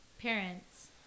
parents